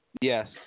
yes